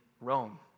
Rome